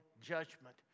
judgment